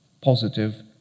positive